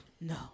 No